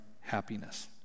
happiness